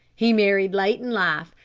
he married late in life,